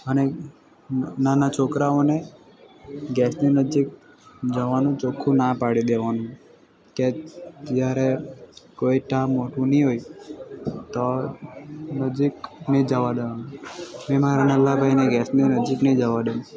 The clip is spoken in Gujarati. અને નાના છોકરાઓને ગેસની નજીક જવાનો ચોખ્ખું ના પાડી દેવાનું કે જ્યારે કોઈ ત્યાં મોટું નહીં હોય તો નજીક નહીં જવા દેવાનું અને મારા નાના ભાઈને ગૅસની નજીક નહીં જવા દઉં